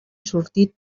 sortit